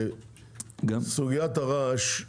ומה עם סוגיית הרעש?